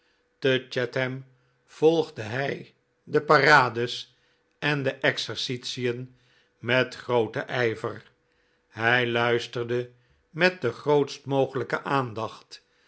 te chatham volgde hij de parades en de exercitien met grooten ijver hij luisterde met de grootst mogelijke aandacht